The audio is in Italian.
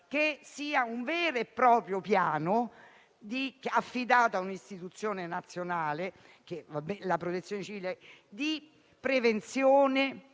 - sia un vero e proprio piano, affidato a un'istituzione nazionale (va bene la Protezione civile), di prevenzione,